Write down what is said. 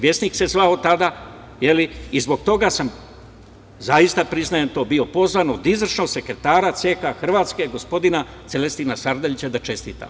Vjesnik“ se zvao tada i zbog toga sam zaista priznajem, bio pozvan od izvršno sekretara CK Hrvatske, gospodina Celestina Sardalića da čestitam.